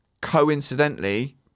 coincidentally